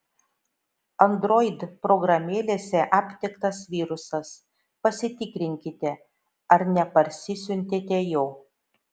android programėlėse aptiktas virusas pasitikrinkite ar neparsisiuntėte jo